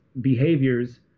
behaviors